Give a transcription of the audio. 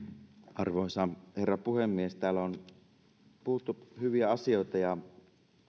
arvoisa herra puhemies täällä on puhuttu hyviä asioita ja